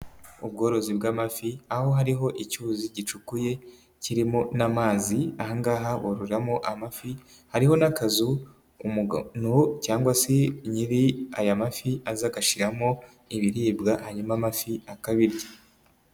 Ubworozi bw'amafi, aho hariho icyuzi gicukuye kirimo n'amazi, aha ngaha bororeramo amafi, hariho n'akazu umugano cyangwa se nyiri aya mafi aza agashyiramo ibiribwa hanyuma amafi akabirya.